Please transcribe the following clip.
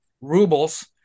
rubles